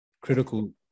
critical